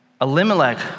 Elimelech